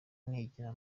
nigira